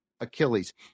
Achilles